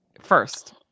first